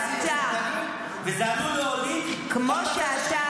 וזה עלול להוליד --- כמו שאתה,